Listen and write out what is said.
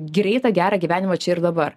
greitą gerą gyvenimą čia ir dabar